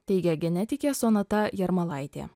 teigė genetikė sonata jarmalaitė